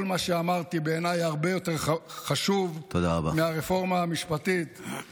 כל מה שאמרתי בעיניי הרבה יותר חשוב מהרפורמה המשפטית.